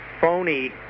phony